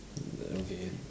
err okay